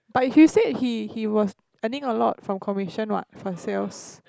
but if you said he he was earning a lot from commission what from sales